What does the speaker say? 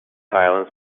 silence